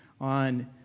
on